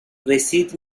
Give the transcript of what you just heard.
رسید